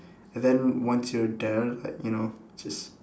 and then once you're there like you know just